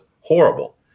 horrible